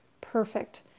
perfect